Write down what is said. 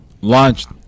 Launched